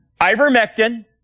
ivermectin